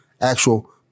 actual